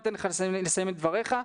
אני אתן לך לסיים את דבריך.